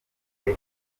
muri